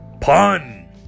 Pun